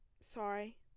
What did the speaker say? sorry